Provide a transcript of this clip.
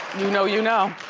you know you know.